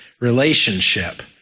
relationship